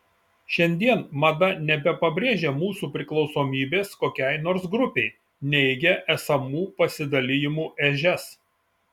šiandien mada nebepabrėžia mūsų priklausomybės kokiai nors grupei neigia esamų pasidalijimų ežias